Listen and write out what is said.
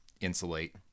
insulate